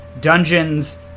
Dungeons